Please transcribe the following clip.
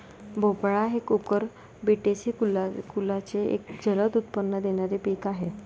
भोपळा हे कुकुरबिटेसी कुलाचे एक जलद उत्पन्न देणारे पीक आहे